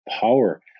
power